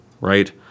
right